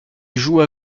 joua